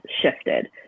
shifted